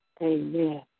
amen